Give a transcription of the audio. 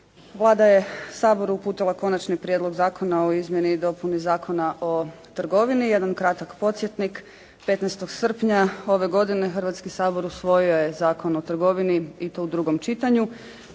Vlada je Saboru uputila Konačni prijedlog Zakona o izmjeni i dopuni Zakona o trgovini. Jedan kratak podsjetnik. 15. srpnja ove godine Hrvatski sabor usvojio je Zakon o trgovini i to u drugom čitanju,